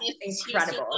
incredible